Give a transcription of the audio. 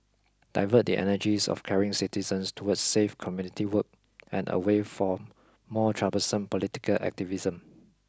divert the energies of caring citizens towards safe community work and away from more troublesome political activism